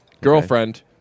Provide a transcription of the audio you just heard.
girlfriend